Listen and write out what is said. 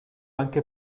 anche